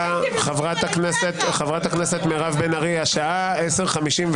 חברת הכנסת מירב בן ארי, השעה 10:59,